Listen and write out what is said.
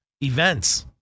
events